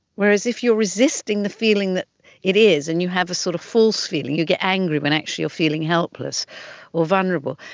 whereas if you are resisting the feeling that it is and you have a sort of false feeling, you get angry when actually you are feeling helpless or vulnerable,